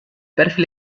perfil